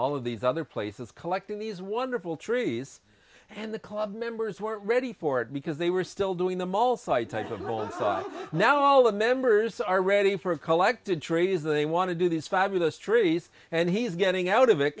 all of these other places collecting these wonderful trees and the club members were ready for it because they were still doing the mall side type of role and so on now all the members are ready for a collected tree is they want to do these fabulous trees and he's getting out of it